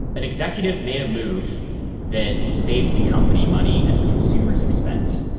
an executive made a move that saved the company money at the consumer's expense.